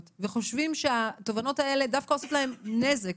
וחושבים שהתובענות האלה דווקא עושות להם נזק,